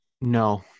No